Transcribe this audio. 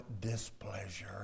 displeasure